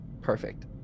Perfect